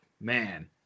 man